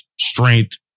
strength